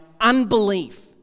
unbelief